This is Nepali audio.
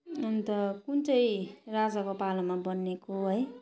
अन्त कुन चाहिँ राजाको पालामा बनिएको है